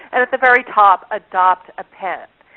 and at the very top, adopt a pet.